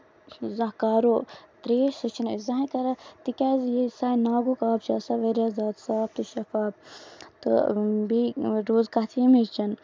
زانٛہہ کارو تریش سُہ چھِ نہٕ أسۍ زٕہنۍ کران تِکیازِ یہِ سانہِ ناگُک آب چھُ آسان واریاہ زیادٕ صاف تہٕ شفاف تہٕ بیٚیہِ روٗز کَتھ ییٚمِچ